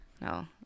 No